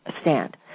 stand